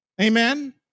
amen